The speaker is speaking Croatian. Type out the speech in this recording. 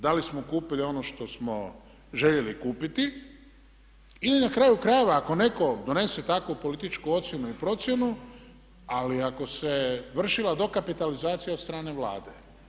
Da li smo kupili ono što smo željeli kupiti ili na kraju krajeva ako netko donese takvu političku ocjenu i procjenu ali ako se vršila dokapitalizacija od strane Vlade.